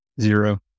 Zero